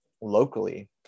locally